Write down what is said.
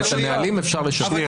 את הנהלים אפשר לשנות.